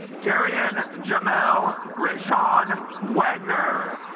tarian jamel rashon wagner